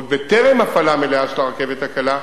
עוד בטרם הפעלה מלאה של הרכבת הקלה,